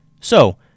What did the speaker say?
So